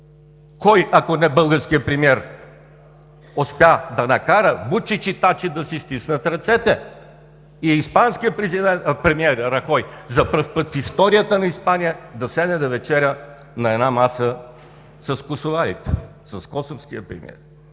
Кой, ако не българският премиер, успя да накара Вучич и Тачи да си стиснат ръцете и испанският премиер Рахой за пръв път в историята на Испания да седне да вечеря на една маса с косоварите, с косовския премиер?